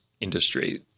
industry